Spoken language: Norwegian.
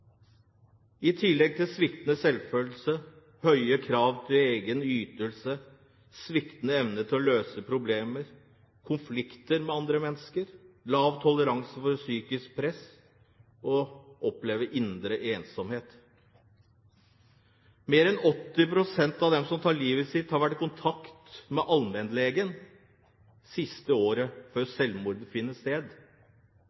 i tillegg til sviktende selvfølelse, høye krav til egen ytelse, sviktende evne til å løse problemer, konflikter med andre mennesker, lav toleranse for psykisk press og opplevd indre ensomhet. Mer enn 80 pst. av dem som tar livet sitt, har vært i kontakt med allmennlege det siste året før